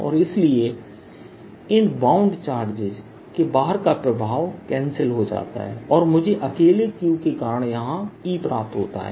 और इसलिए इन बाउंड चार्जेस के बाहर का प्रभाव कैंसिल हो जाता है और मुझे अकेले Q के कारण यहां E प्राप्त होता है